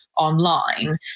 online